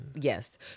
yes